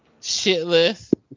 shitless